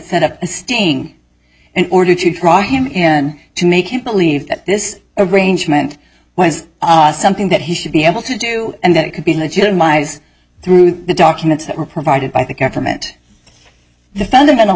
set up a sting in order to draw him in to make him believe that this arrangement was something that he should be able to do and that it could be legitimized through the documents that were provided by the government the fundamental